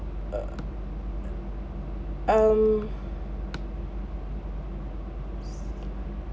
err um s~